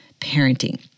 parenting